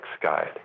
guide